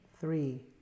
three